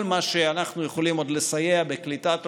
מה שאנחנו יכולים עוד לסייע בקליטת רופאים,